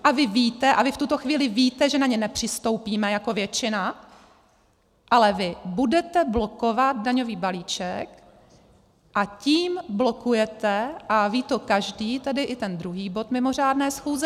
A vy v tuto chvíli víte, že na ně nepřistoupíme jako většina, ale vy budete blokovat daňový balíček, a tím blokujete, a ví to každý, tedy i ten druhý bod mimořádné schůze.